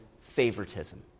favoritism